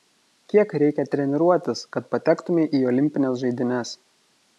kiek reikia treniruotis kad patektumei į olimpines žaidynes